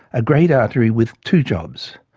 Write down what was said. a great artery with two jobs.